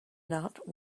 not